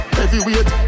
heavyweight